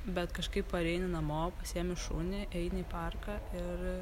bet kažkaip pareini namo pasiemi šunį eini į parką ir